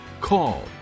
call